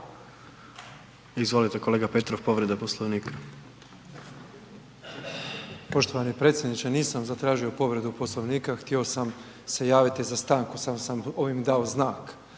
Izvolite kolega Petrov, povreda Poslovnika. **Petrov, Božo (MOST)** Poštovani predsjedniče, nisam zatražio povredu Poslovnika, htio sam se javiti za stanku, samo sam ovim dao znak,